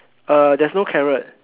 uh there's no carrot